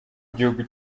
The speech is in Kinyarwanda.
igihugu